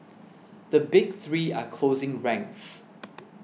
the big three are closing ranks